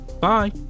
Bye